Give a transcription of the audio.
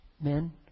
Men